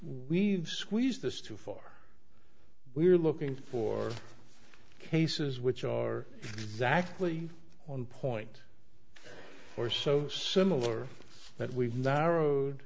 we've squeezed this too far we're looking for cases which are exactly on point or so similar that we've narrowed